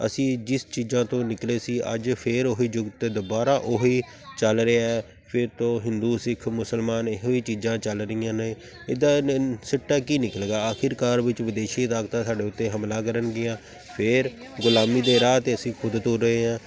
ਅਸੀਂ ਜਿਸ ਚੀਜ਼ਾਂ ਤੋਂ ਨਿਕਲੇ ਸੀ ਅੱਜ ਫਿਰ ਉਹੀ ਜੁਗ 'ਤੇ ਦੁਬਾਰਾ ਉਹੀ ਚੱਲ ਰਿਹਾ ਫਿਰ ਤੋਂ ਹਿੰਦੂ ਸਿੱਖ ਮੁਸਲਮਾਨ ਇਹੋ ਚੀਜ਼ਾਂ ਚੱਲ ਰਹੀਆਂ ਨੇ ਇਹਦਾ ਸਿੱਟਾ ਕੀ ਨਿਕਲੇਗਾ ਆਖਿਰਕਾਰ ਵਿੱਚ ਵਿਦੇਸ਼ੀ ਤਾਕਤਾਂ ਸਾਡੇ ਉੱਤੇ ਹਮਲਾ ਕਰਨਗੀਆਂ ਫਿਰ ਗੁਲਾਮੀ ਦੇ ਰਾਹ 'ਤੇ ਅਸੀਂ ਖੁਦ ਤੁਰ ਰਹੇ ਹਾਂ